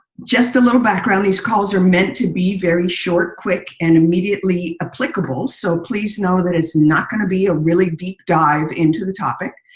just a little background, these calls are meant to be very short, quick and immediately applicable. so please know that it's not going to be a really deep dive into the topic.